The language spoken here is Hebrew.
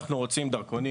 אנחנו רוצים דרכונים,